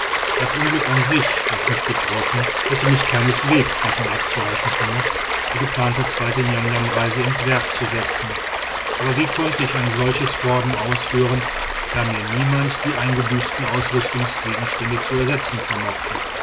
das unglück an sich das mich betroffen hätte mich keineswegs davon abzuhalten vermocht die geplante zweite niamniamreise ins werk zu setzen wie aber konnte ich ein solches vorhaben ausführen da mir niemand die eingebüßten ausrüstungsgegenstände zu ersetzen vermochte